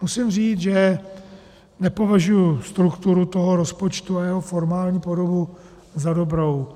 Musím říct, že nepovažuji strukturu toho rozpočtu a jeho formální podobu za dobrou.